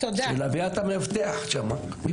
שילווה אותה מאבטח שמה.